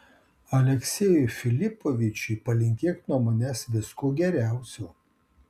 aleksejui filipovičiui palinkėk nuo manęs visko geriausio